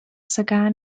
cigar